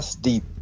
deep